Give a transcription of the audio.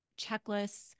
checklists